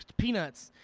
peanuts?